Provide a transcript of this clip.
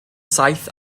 saith